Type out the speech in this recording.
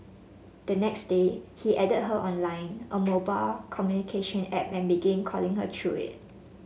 the next day he added her on Line a mobile communication app and began calling her through it